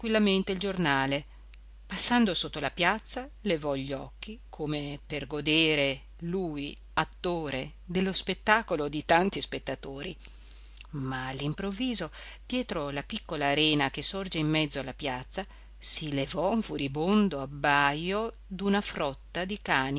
il giornale passando sotto la piazza levò gli occhi come per godere lui attore dello spettacolo di tanti spettatori ma all'improvviso dietro la piccola arena che sorge in mezzo alla piazza si levò un furibondo abbaio d'una frotta di cani